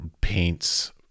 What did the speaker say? paints